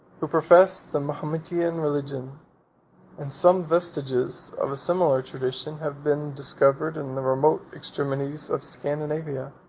who profess the mahometan religion and some vestiges of a similar tradition have been discovered in the remote extremities of scandinavia.